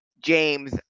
James